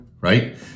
right